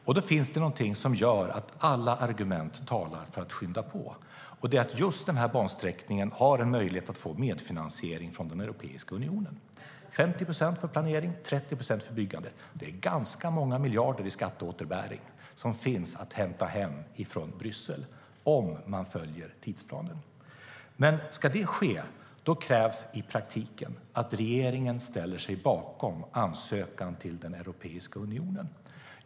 Ska detta ske krävs dock i praktiken att regeringen ställer sig bakom ansökan till Europeiska unionen.